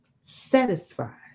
satisfied